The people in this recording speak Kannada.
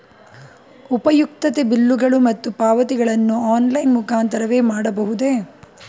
ಉಪಯುಕ್ತತೆ ಬಿಲ್ಲುಗಳು ಮತ್ತು ಪಾವತಿಗಳನ್ನು ಆನ್ಲೈನ್ ಮುಖಾಂತರವೇ ಮಾಡಬಹುದೇ?